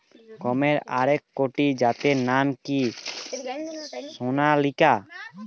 গমের আরেকটি জাতের নাম কি সোনালিকা?